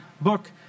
book